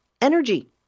energy